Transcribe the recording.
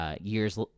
year's